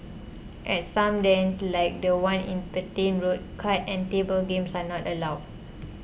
at some dens like the one in Petain Road card and table games are not allowed